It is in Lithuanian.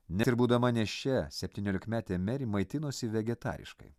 net ir būdama nėščia septyniolikmetė meri maitinosi vegetariškai